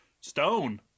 Stone